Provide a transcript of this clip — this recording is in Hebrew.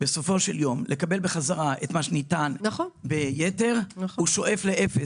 בסופו של יום לקבל חזרה את מה שניתן ביתר שוטף לאפס.